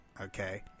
Okay